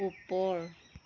ওপৰ